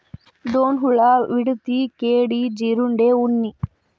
ಡೋಣ ಹುಳಾ, ವಿಡತಿ, ಕೇಡಿ, ಜೇರುಂಡೆ, ಉಣ್ಣಿ